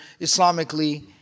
Islamically